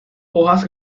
hojas